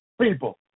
people